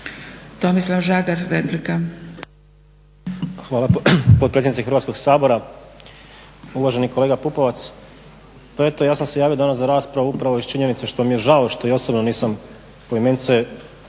Tomislav Žagar, replika.